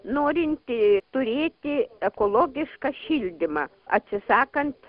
norint turėti ekologišką šildymą atsisakant